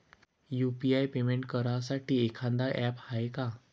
UPI payment करासाठी एखांद app हाय का?